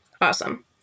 awesome